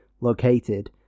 located